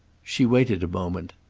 she waited a moment.